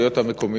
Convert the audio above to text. י' בתמוז התשע"ג (18 ביוני 2013)